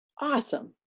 awesome